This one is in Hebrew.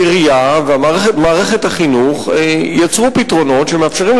העירייה ומערכת החינוך יצרו פתרונות שמאפשרים